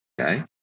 okay